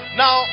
now